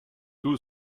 two